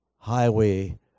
Highway